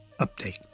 update